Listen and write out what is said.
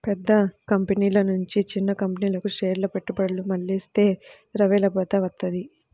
పెద్ద కంపెనీల నుంచి చిన్న కంపెనీలకు షేర్ల పెట్టుబడులు మళ్లిస్తే ద్రవ్యలభ్యత వత్తది